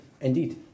Indeed